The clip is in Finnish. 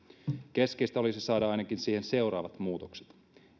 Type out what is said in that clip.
keskeistä olisi saada siihen ainakin seuraavat muutokset